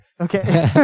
okay